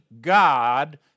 God